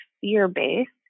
fear-based